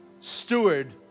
steward